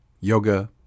Yoga